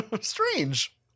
Strange